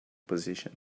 position